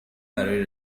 برای